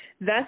Thus